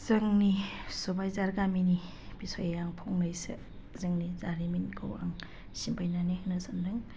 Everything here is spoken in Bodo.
जोंनि सबाइझार गामिनि बिसय आं फंनैसो जोंनि जारिमिनखौ सिम्फायनानै होनो सान्दों